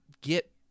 get